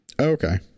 okay